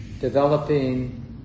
developing